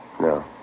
No